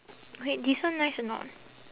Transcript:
wait this one nice or not